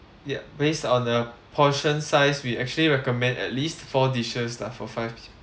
yup based on a portion size we actually recommend at least four dishes lah for five peo~